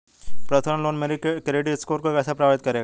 Personal loan मेरे credit score को कैसे प्रभावित करेगा?